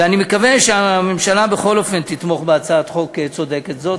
ואני מקווה שהממשלה בכל אופן תתמוך בהצעת חוק צודקת זאת.